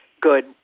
good